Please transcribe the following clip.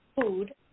food